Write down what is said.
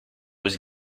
was